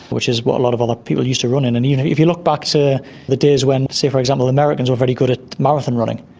which is what a lot of like people used to run in. and you know if you look back to the days when, say, for example the americans were very good at marathon running,